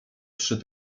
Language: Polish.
trzy